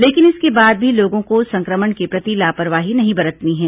लेकिन इसके बाद भी लोगों को संक्रमण के प्रति लापरवाही नहीं बरतनी है